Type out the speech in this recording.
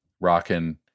Rocking